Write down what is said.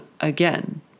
again